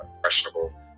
questionable